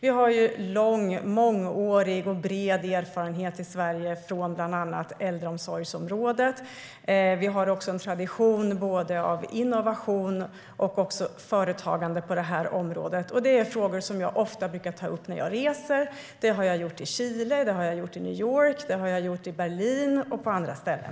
I Sverige har vi mångårig och bred erfarenhet på äldreomsorgsområdet. Vi har också en tradition av både innovation och företagande på detta område. Det är frågor som jag ofta tar upp när jag reser. Det har jag gjort i Chile, i New York, i Berlin och på andra ställen.